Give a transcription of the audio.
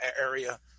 area